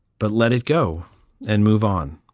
but let it go and move on